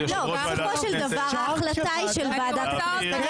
בסופו של דבר ההחלטה היא של ועדת הכנסת.